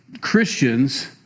Christians